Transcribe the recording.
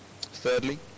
thirdly